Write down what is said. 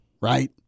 right